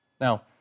Now